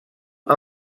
dur